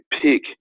pick